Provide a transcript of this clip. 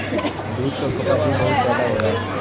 दूध क खपत भी बहुत जादा होला